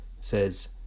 says